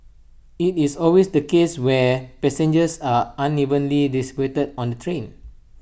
IT is always the case where passengers are unevenly distributed on the train